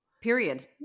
Period